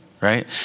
Right